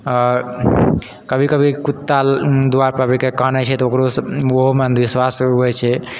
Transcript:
आओर कभी कभी कुत्ता द्वारपर बैठके कानै छै तऽ ओकरोसँ ओहोमे अन्धविश्वास होइ छै